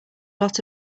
lot